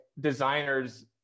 designers